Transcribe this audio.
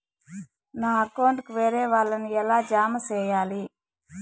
నా అకౌంట్ కు వేరే వాళ్ళ ని ఎలా జామ సేయాలి?